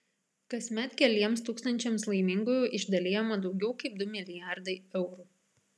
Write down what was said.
kasmet keliems tūkstančiams laimingųjų išdalijama daugiau kaip du milijardai eurų